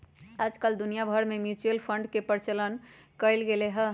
आजकल दुनिया भर में म्यूचुअल फंड के प्रचलन कइल गयले है